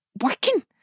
working